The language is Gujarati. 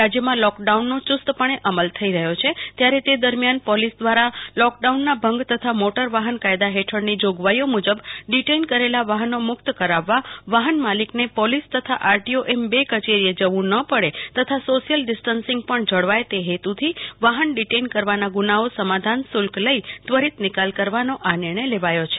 રાજ્યમાં લોકડાઉનનો યુસ્ત પને અમલ થઇ રહ્યો છે ત્યારે તે દરમિયાન પોલીસ દ્વારા લોકડાઉન ના ભંગ તથા મોટર વાહન કાયદા હેઠળની જોગવાઈઓ મુજબ ડીટેઈન કરેલા વાહનો મુક્ત કરાવવા વાહન માલિકને પોલીસ તથા આરટીઓ એમ બે કચેરી એ જવું ન પડે તથા સોસીયલ ડીસ્ટન્સીગ પણ જળવાય તે હેતુથી વાહન ડીટેઇન કરવાના ગુન્હાઓ સમાધાન શુલ્ક લઇ ત્વરિત નિકાલ કરવાનો આ નિર્ણય લેવાયો છે